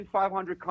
500